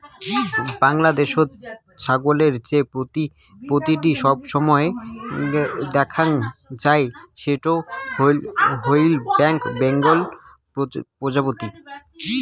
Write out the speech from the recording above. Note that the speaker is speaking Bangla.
বাংলাদ্যাশত ছাগলের যে প্রজাতিটি সবসময় দ্যাখাং যাই সেইটো হইল ব্ল্যাক বেঙ্গল প্রজাতি